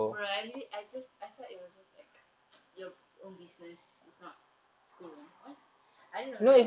I just I thought it was just like your own business is not school ah what I don't know